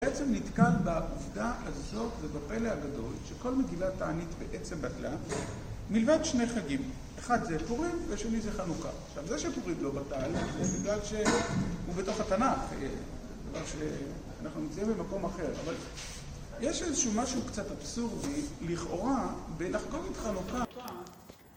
בעצם נתקעת בעובדה הזאת, ובפלא הגדול, שכל מגילה תענית בעצם בטלה, מלבד שני חגים. אחד זה פורים, ושני זה חנוכה. עכשיו, זה שפורים לא בטל, זה בגלל שהוא בתוך התנ״ך. זה דבר שאנחנו נמצאים במקום אחר. אבל, יש איזשהו משהו קצת אבסורדי, לכאורה, בלחגוג את חנוכה...